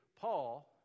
Paul